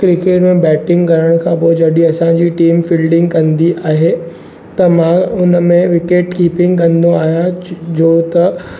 cricket में batting करण खां पोइ जॾहिं असांजी टीम फिलडिंग कंदी आहे त मां उन में विकेट कीपिंग कंदो आहियां जो त